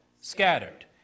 scattered